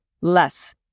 less